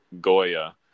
Goya